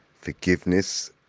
Forgiveness